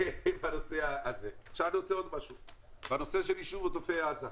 בנושא של יישובי עוטף עזה.